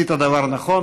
עשית דבר נכון.